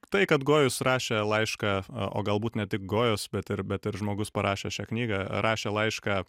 tai kad gojus rašė laišką o galbūt ne tik gojus bet ir bet ir žmogus parašęs šią knygą rašė laišką